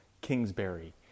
Kingsbury